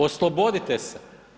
Oslobodite se.